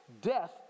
death